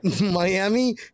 Miami